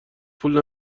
پول